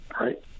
right